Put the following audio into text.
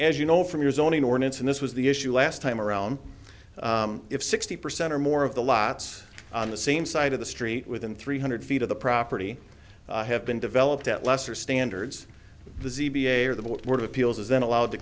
as you know from your zoning ordinance and this was the issue last time around if sixty percent or more of the lots on the same side of the street within three hundred feet of the property have been developed at lesser standards the z b a or the board of appeals is then allowed to